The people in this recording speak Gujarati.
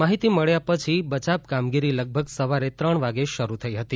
માહિતી મળ્યા પછી બચાવ કામગીરી લગભગ સવારે ત્રણ વાગે શરૂ થઈ હતી